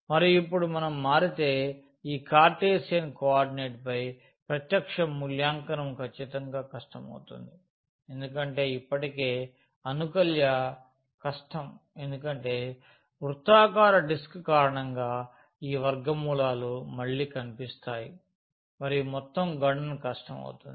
మరియు ఇప్పుడు మనం మారితే ఈ కార్టెసియన్ కోఆర్డినేట్పై ప్రత్యక్ష మూల్యాంకనం ఖచ్చితంగా కష్టమవుతుంది ఎందుకంటే ఇప్పటికే అనుకల్య కష్టం ఎందుకంటే వృత్తాకార డిస్క్ కారణంగా ఈ వర్గ మూలాలు మళ్లీ కనిపిస్తాయి మరియు మొత్తం గణన కష్టం అవుతుంది